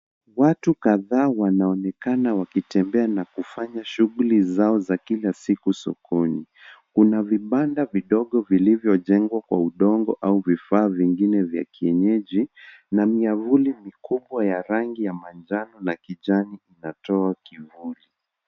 Watu kadhaa wanaonekana wakitembea na kufanya shughuli zao za kila siku sokoni. Kuna vibanda vidogo vilivyojengwa kwa udongo au vifaa vingine vya kienyeji na miavuli mikubwa ya rangi ya manjano na kijani inatoa kivuli.